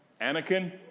Anakin